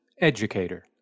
educator